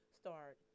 start